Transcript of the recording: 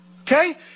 Okay